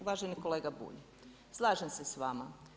Uvaženi kolega Bulj, slažem se sa vama.